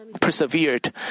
persevered